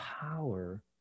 power